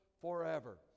forever